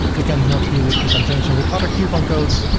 you cannot use it in conjunction with other coupon codes.